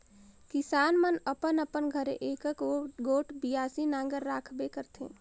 किसान मन अपन अपन घरे एकक गोट बियासी नांगर राखबे करथे